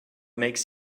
makes